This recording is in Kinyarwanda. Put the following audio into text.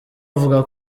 bavuga